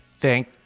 Thank